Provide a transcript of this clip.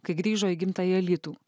kai grįžo į gimtąjį alytų